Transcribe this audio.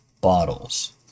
bottles